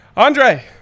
Andre